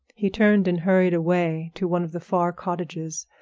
he turned and hurried away to one of the far cottages,